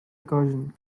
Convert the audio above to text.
recursion